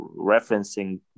referencing